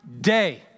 day